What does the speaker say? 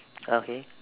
okay